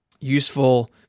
useful